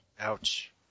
Ouch